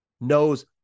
knows